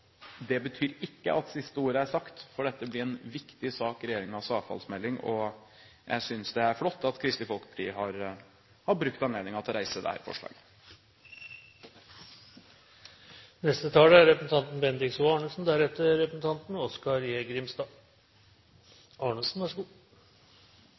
Det betyr ikke at siste ord er sagt, for dette blir en viktig sak i regjeringens avfallsmelding. Jeg synes det er flott at Kristelig Folkeparti har brukt anledningen til å